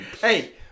Hey